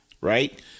right